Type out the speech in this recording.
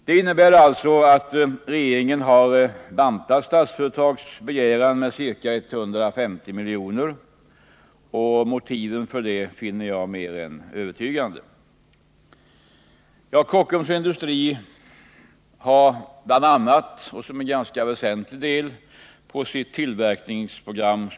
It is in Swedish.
Regeringen har alltså bantat Statsföretags begäran med ca 150 milj.kr. Motiven för detta finner jag mer än övertygande. Tillverkningen av skogsbruksmaskiner utgör en ganska väsentlig del i Kockums Industris tillverkningsprogram.